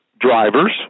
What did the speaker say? drivers